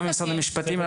גם משרד המשפטים,